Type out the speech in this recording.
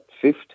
fifth